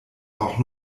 auch